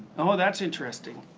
oh that's interesting.